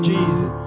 Jesus